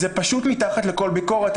זה פשוט מתחת לכל ביקורת.